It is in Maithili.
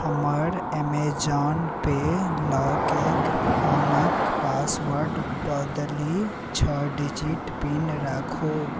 हमर एमेजॉन पे लॉकके फोनके पासवर्ड बदलि छओ डिजिट पिन राखू